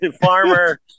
Farmer